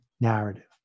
narrative